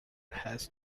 has